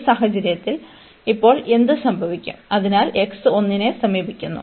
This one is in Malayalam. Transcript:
ഈ സാഹചര്യത്തിൽ ഇപ്പോൾ എന്ത് സംഭവിക്കും അതിനാൽ x 1 നെ സമീപിക്കുന്നു